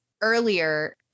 earlier